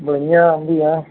बढ़िया हैं हम भी यहाँ